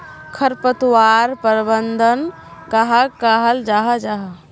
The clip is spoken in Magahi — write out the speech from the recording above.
खरपतवार प्रबंधन कहाक कहाल जाहा जाहा?